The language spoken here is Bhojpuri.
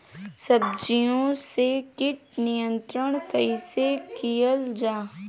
सब्जियों से कीट नियंत्रण कइसे कियल जा?